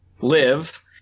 live